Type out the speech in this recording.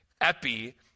Epi